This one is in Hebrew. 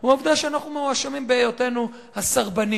הוא העובדה שאנחנו מואשמים בהיותנו הסרבנים.